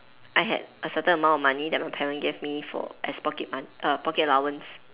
I had a certain amount of money that my parent gave me for as pocket money pocket allowance